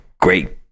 great